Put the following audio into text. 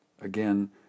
Again